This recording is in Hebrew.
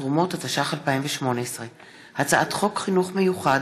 התשע"ח 2018; הצעת חוק חינוך מיוחד